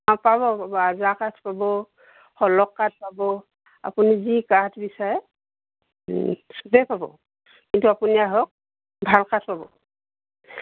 অঁ পাব পাব আজাৰ কাঠ পাব সলহ কাঠ পাব আপুনি যি কাঠ বিচাৰে চবেই পাব কিন্তু আপুনি আহক ভাল কাঠ পাব